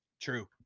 true